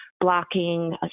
blocking